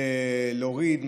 להוריד,